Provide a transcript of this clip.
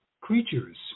creatures